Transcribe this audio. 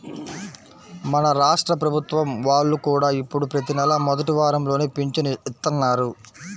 మన రాష్ట్ర ప్రభుత్వం వాళ్ళు కూడా ఇప్పుడు ప్రతి నెలా మొదటి వారంలోనే పింఛను ఇత్తన్నారు